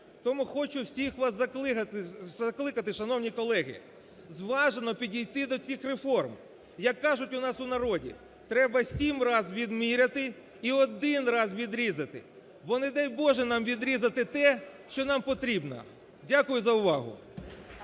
Тому хочу всіх вас закликати, шановні колеги, зважено підійти до цих реформ, як кажуть у нас у народі, "треба сім раз відміряти і один раз відрізати", бо не дай Боже нам відрізати те, що нам потрібно. Дякую за увагу.